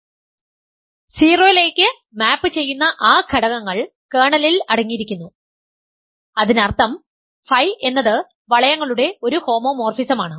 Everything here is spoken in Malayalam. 0 ലേക്ക് മാപ് ചെയ്യുന്ന ആ ഘടകങ്ങൾ കേർണലിൽ അടങ്ങിയിരിക്കുന്നു അതിനർത്ഥം ф എന്നത് വളയങ്ങളുടെ ഒരു ഹോമോമോർഫിസമാണ്